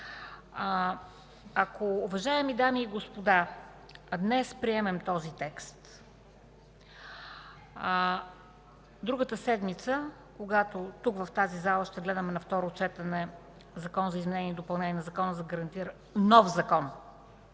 Ако, уважаеми дами и господа, днес приемем този текст, другата седмица, когато в тази зала ще гледаме на второ четене Закона за изменение и допълнение на Закона за гарантиране на